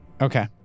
Okay